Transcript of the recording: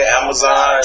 amazon